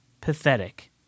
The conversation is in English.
pathetic